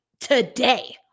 today